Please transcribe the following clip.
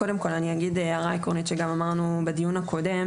קודם כל אני אגיד הערה עקרונית שגם אמרנו בדיון הקודם.